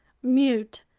mute,